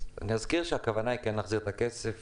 אזכיר שהכוונה היא כן להחזיר את הכסף.